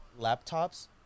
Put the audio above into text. laptops